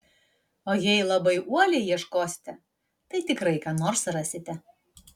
o jei labai uoliai ieškosite tai tikrai ką nors rasite